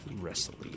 wrestling